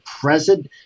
president